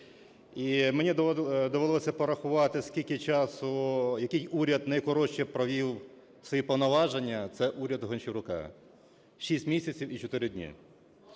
мені довелося порахувати, скільки часу який уряд найкоротше провів свої повноваження. Це уряд Гончарука – 6 місяців і 4 дні.